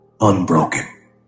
unbroken